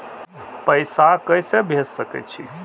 पैसा के से भेज सके छी?